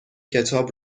کتاب